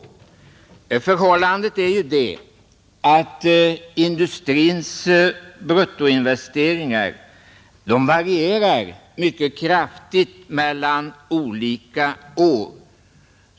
Förhållandet är ju det att industrins bruttoinvesteringar varierar mycket kraftigt mellan olika år.